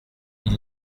ils